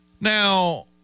Now